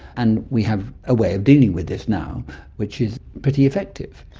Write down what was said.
and we have a way of dealing with this now which is pretty effective.